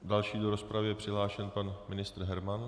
Další do rozpravy je přihlášen pan ministr Herman.